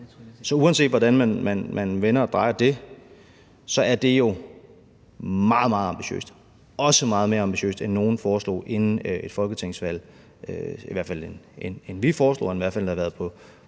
uanset hvordan man vender og drejer det, meget, meget ambitiøst og også meget mere ambitiøst, end nogen foreslog inden folketingsvalget – i hvert fald end vi foreslog kunne være på